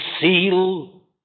seal